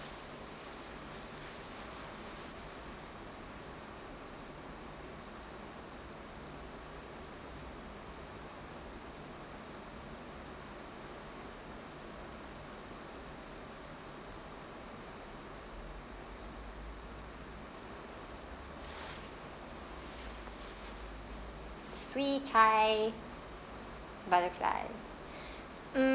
swee chai butterfly mm